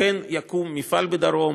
שכן יקום מפעל בדרום